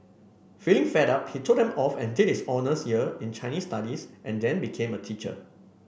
feeling fed up he told them off and did his honours year in Chinese Studies and then became a teacher